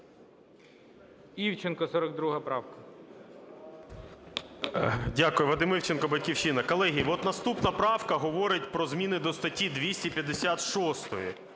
ІВЧЕНКО В.Є. Дякую. Вадим Івченко, "Батьківщина". Колеги, от наступна правка говорить про зміни до статті 256